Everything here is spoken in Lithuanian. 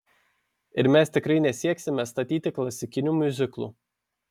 ir mes tikrai nesieksime statyti klasikinių miuziklų